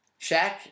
Shaq